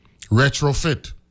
Retrofit